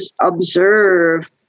observe